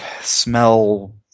smell